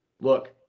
Look